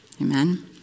amen